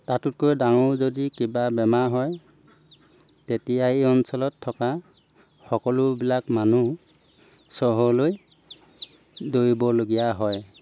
তাতোতকৈ ডাঙৰ যদি কিবা বেমাৰ হয় তেতিয়াই অঞ্চলত থকা সকলোবিলাক মানুহ চহৰলৈ দৌৰিবলগীয়া হয়